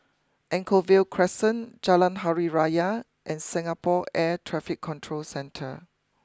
Anchorvale Crescent Jalan Hari Raya and Singapore Air Traffic Control Centre